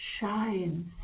shines